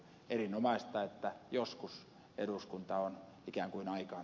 erinomaista että joskus eduskunta on ikään kuin aikaan